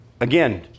Again